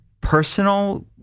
personal